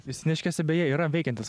justiniškėse beje yra veikiantis